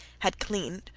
had cleaned,